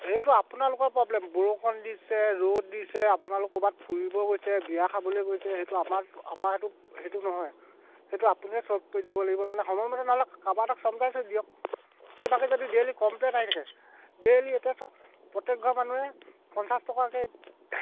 সেইটো আপোনালোকৰ প্ৰব্লেম বৰষুণ দিছে ৰ'দ দিছে আপোনালোক ক'ৰবাত ফুৰিব গৈছে বিয়া খাবলৈ গৈছে সেইটো আমাৰ আমাৰ সেইটো সেইটো নহয় সেইটো আপুনিয়ে চলভ কৰি দিব লাগিব মানে সময়মতে নহ'লে কাৰোবাৰ এটাক চমজাই থৈ দিয়ক এইভাগে যদি ডেইলি কমপ্লেইন আহি থাকে ডেইলী এতিয়া চ প্ৰত্যেকঘৰ মানুহে পঞ্চাছ টকাকৈ